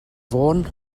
fôn